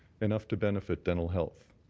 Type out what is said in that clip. enough to benefit dental health.